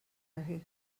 orthu